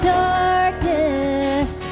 darkness